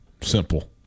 Simple